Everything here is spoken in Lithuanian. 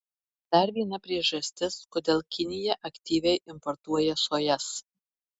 dar viena priežastis kodėl kinija aktyviai importuoja sojas